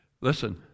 Listen